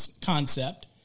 concept